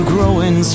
Growing